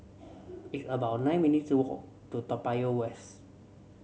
it's about nine minutes' walk to Toa Payoh West